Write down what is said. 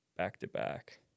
back-to-back